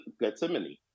gethsemane